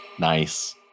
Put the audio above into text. Nice